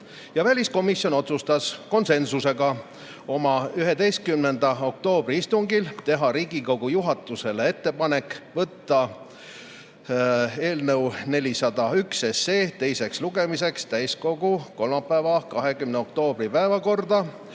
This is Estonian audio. Väliskomisjon otsustas konsensusega oma 11. oktoobri istungil teha Riigikogu juhatusele ettepaneku võtta eelnõu 401 teiseks lugemiseks täiskogu kolmapäeva, 20. oktoobri päevakorda,